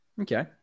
Okay